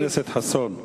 חבר הכנסת חסון,